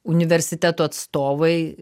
universitetų atstovai